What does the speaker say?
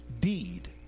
deed